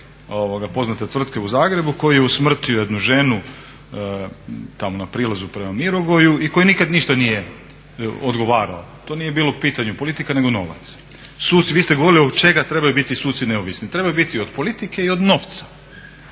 poznate tvrtke u Zagrebu koji je usmrtio jednu ženu tamo na prilazu prema Mirogoju i koji nikad ništa nije odgovarao. To nije bila u pitanje politika nego novac. Vi ste govorili od čega trebaju biti suci neovisni, trebaju biti od politike i od novca.